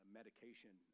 medication